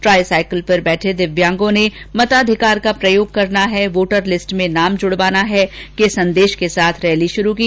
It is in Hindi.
ट्राईसाकिल पर बैठे दिव्यांगो ने मताधिकार का प्रयोग करना है वोटर लिस्ट में नाम जुडवाना है के संदेश के साथ रैली शुरू की